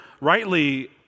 rightly